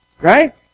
right